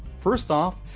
first off,